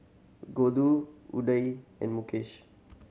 Gouthu Udai and Mukesh